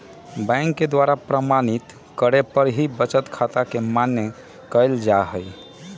bank के द्वारा प्रमाणित करे पर ही बचत खाता के मान्य कईल जाहई